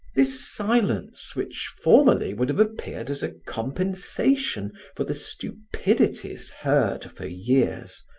this silence which formerly would have appeared as a compensation for the stupidities heard for years,